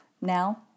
Now